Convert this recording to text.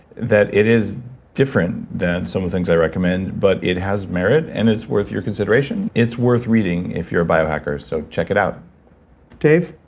that it is different that some of the things that i recommend, but it has merit and it's worth your consideration. it's worth reading if you're a bio-hacker, so check it out dave,